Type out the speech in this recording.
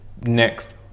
next